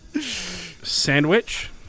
Sandwich